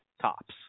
Tops